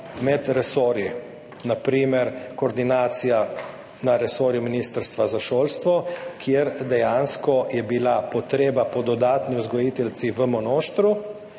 med resorji, na primer koordinacija na resorju Ministrstva za šolstvo, kjer dejansko je bila potreba po dodatni vzgojiteljici v Monoštru,